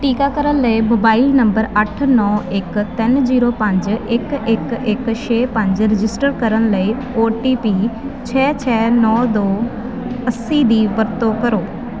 ਟੀਕਾਕਰਨ ਲਈ mobile number ਅੱਠ ਨੌਂ ਇੱਕ ਤਿੰਨ ਜ਼ੀਰੋ ਪੰਜ ਇੱਕ ਇੱਕ ਇੱਕ ਛੇ ਪੰਜ ਰਜਿਸਟਰ ਕਰਨ ਲਈ ਓ ਟੀ ਪੀ ਛੇ ਛੇ ਨੌਂ ਦੋ ਅੱਸੀ ਦੀ ਵਰਤੋਂ ਕਰੋ